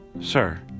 sir